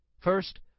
First